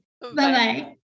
Bye-bye